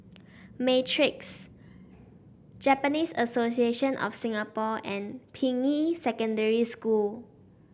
Matrix Japanese Association of Singapore and Ping Yi Secondary School